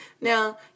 Now